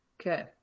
Okay